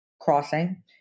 crossing